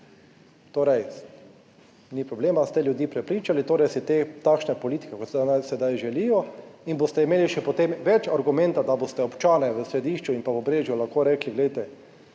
torej ni problema, ste ljudi prepričali, torej si takšne politike kot / nerazumljivo/ sedaj želijo in boste imeli še potem več argumenta, da boste občane v Središču in pa Obrežju lahko rekli, glejte,